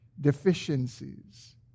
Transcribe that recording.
deficiencies